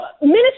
minister